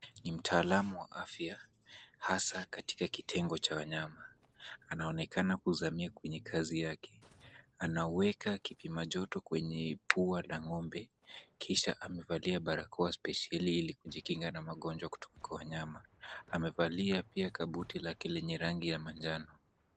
Ni mtaalamu wa afya hasa katika kitengo cha wanyama. Anaonekana kuzamia kwenye kazi yake. Anaweka kipima joto kwenye pua la ng'ombe kisha amevalia barakoa spesheli ili kujikinga na magonjwa kutoka kwa wanyama. Amevalia pia kabuti lake lenye rangi ya manjano.